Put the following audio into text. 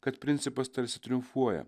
kad principas tarsi triumfuoja